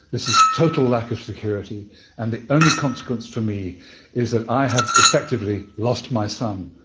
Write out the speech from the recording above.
this is total lack of security and the only consequence for me is that i have effectively lost my son.